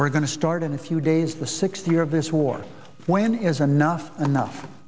we're going to start in a few days the sixth year of this war when is enough enough